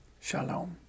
Shalom